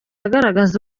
agaragaza